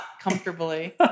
comfortably